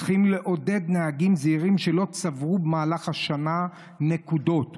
צריכים לעודד נהגים זהירים שלא צברו במהלך השנה נקודות,